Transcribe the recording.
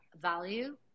value